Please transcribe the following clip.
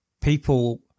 people